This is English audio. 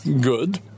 good